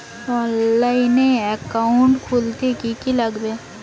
অনলাইনে একাউন্ট খুলতে কি কি লাগবে?